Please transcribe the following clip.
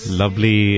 lovely